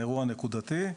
האירוע הנקודתי.